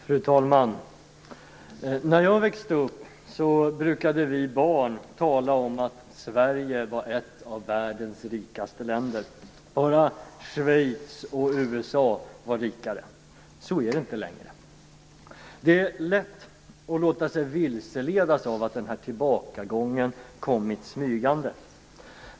Fru talman! När jag växte upp brukade vi barn tala om att Sverige var ett av världens rikaste länder. Bara Schweiz och USA var rikare. Så är det inte längre. Det är lätt att låta sig vilseledas av att den här tillbakagången har kommit smygande.